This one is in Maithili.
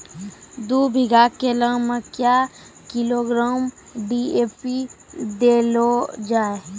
दू बीघा केला मैं क्या किलोग्राम डी.ए.पी देले जाय?